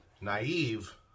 naive